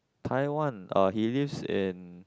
Taiwan uh he lives in